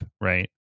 right